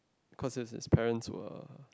cause it's his parents were